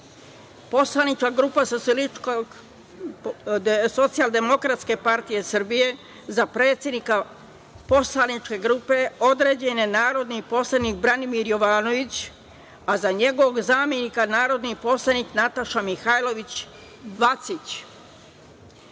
Poslanička grupa Socijaldemokratska partija Srbije, za predsednika Poslaničke grupe određen je narodni poslanik Branimir Jovanović, a za njegovog zamenika narodni poslanik Nataša Mihajlović Vacić;